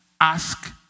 ask